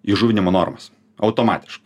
įžuvinimo normas automatiškai